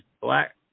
black